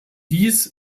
dies